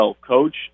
coach